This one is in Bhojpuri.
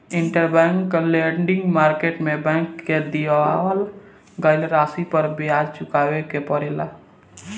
इंटरबैंक लेंडिंग मार्केट से बैंक के दिअवावल गईल राशि पर भी ब्याज चुकावे के पड़ेला